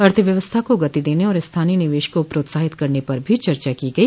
अर्थव्यवस्था को गति देने और स्थानीय निवेश को प्रोत्साहित करने पर भी चर्चा की गई